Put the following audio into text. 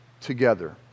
together